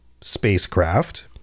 spacecraft